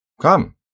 Come